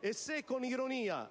e se, con ironia,